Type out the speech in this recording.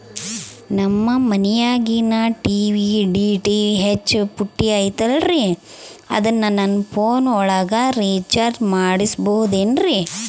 ನಮ್ಮ ಮನಿಯಾಗಿನ TV DTH ಪುಟ್ಟಿ ಐತಲ್ರೇ ಅದನ್ನ ನನ್ನ ಪೋನ್ ಒಳಗ ರೇಚಾರ್ಜ ಮಾಡಸಿಬಹುದೇನ್ರಿ?